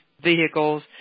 vehicles